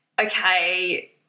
okay